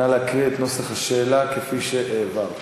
נא להקריא את נוסח השאלה כפי שהעברת.